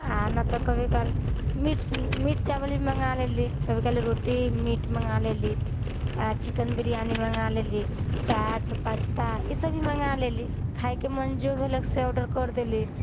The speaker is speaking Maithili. आ नहि तऽ कभी काल मीट चावल भी मङ्गा लेलि कभी काल रोटी मीट मङ्गा लेलि आ चिकन बिरयानी मङ्गा लेलि चाट पास्ता ईसभ भी मङ्गा लेलि खाइके मन जो भेले से ऑर्डर करि देली